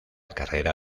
carrera